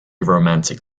romantic